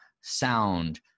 sound